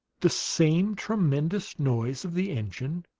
the same tremendous noise of the engine,